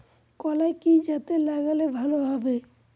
কলাই কি জাতে লাগালে ভালো হবে?